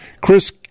Chris